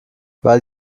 weil